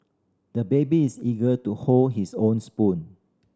the baby is eager to hold his own spoon